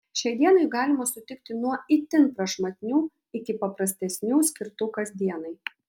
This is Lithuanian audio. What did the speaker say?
šiai dienai jų galima sutikti nuo itin prašmatnių iki paprastesnių skirtų kasdienai